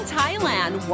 Thailand